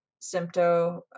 symptom